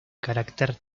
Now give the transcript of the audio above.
carácter